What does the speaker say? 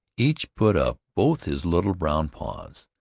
each put up both his little brown paws,